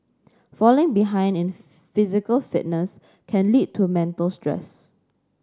falling behind in physical fitness can lead to mental stress